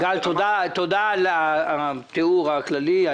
תודה על התיאור הכללי.